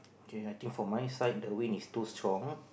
K I think for my side the wind is too strong